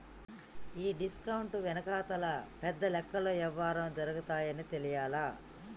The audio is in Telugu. ఈ డిస్కౌంట్ వెనకాతల పెద్ద లెక్కల యవ్వారం జరగతాదని తెలియలా